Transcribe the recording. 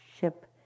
ship